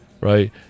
right